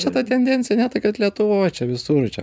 čia ta tendencija ne tai kad lietuvoj čia visur čia